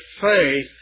faith